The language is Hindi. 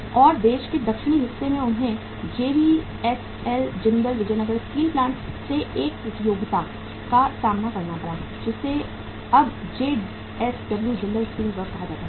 और देश के दक्षिणी हिस्से में उन्हें JVSL Jindal Vijayanagar steel plant से एक प्रतियोगिता का सामना करना पड़ा जिसे अब JSW जिंदल स्टील वर्क्स कहा जाता है